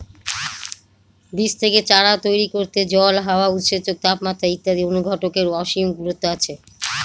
বীজ থেকে চারা তৈরি করতে জল, হাওয়া, উৎসেচক, তাপমাত্রা ইত্যাদি অনুঘটকের অসীম গুরুত্ব আছে